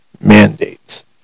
mandates